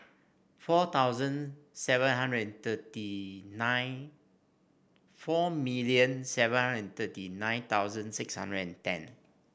four thousand seven hundred and thirty nine four million seven hundred and thirty nine thousand six hundred and ten